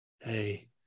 hey